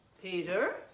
Peter